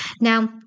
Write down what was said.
now